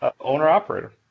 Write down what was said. owner-operator